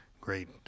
great